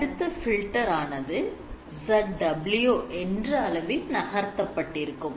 அடுத்து filter ஆனது ZW என்ற அளவில் நகர்த்தப்பட்டிருக்கும்